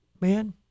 man